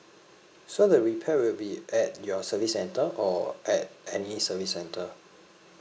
so the repair will be at your service centre or at any service centre